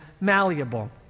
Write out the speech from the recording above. malleable